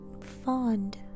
fond